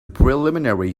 preliminary